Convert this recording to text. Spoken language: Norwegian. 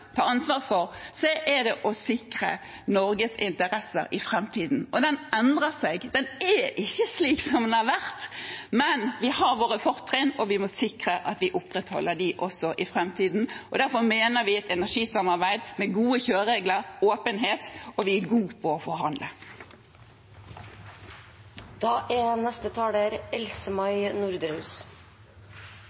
ta ansvar for, er det å sikre Norges interesser i framtiden. Og den endrer seg. Den er ikke slik den har vært, men vi har våre fortrinn, og vi må sikre at vi opprettholder dem også i framtiden. Derfor mener vi et energisamarbeid med gode kjøreregler og åpenhet er rett – og vi er god på å forhandle.